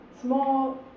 small